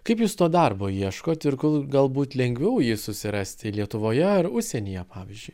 kaip jūs to darbo ieškot ir kur galbūt lengviau jį susirasti lietuvoje ar užsienyje pavyzdžiui